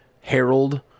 Harold